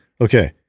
Okay